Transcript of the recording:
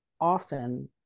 often